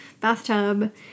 bathtub